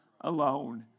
alone